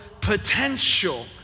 potential